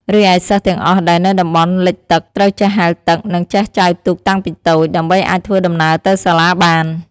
រីឯ សិស្សទាំងអស់ដែលនៅតំបន់លិចទឹក ត្រូវចេះហែលទឹក និងចេះចែវទូកតាំងពីតូច ដើម្បីអាចធ្វើដំណើរទៅសាលាបាន។